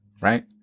right